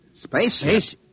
Space